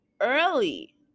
early